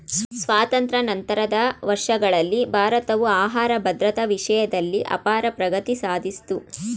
ಸ್ವಾತಂತ್ರ್ಯ ನಂತರದ ವರ್ಷಗಳಲ್ಲಿ ಭಾರತವು ಆಹಾರ ಭದ್ರತಾ ವಿಷಯ್ದಲ್ಲಿ ಅಪಾರ ಪ್ರಗತಿ ಸಾದ್ಸಿತು